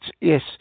yes